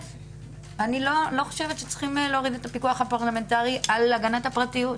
אני לא חושבת שצריך להוריד את הפיקוח הפרלמנטרי על הגנת הפרטיות.